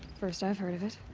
first i've heard of it.